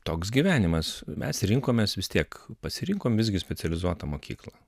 toks gyvenimas mes rinkomės vis tiek pasirinkom visgi specializuotą mokyklą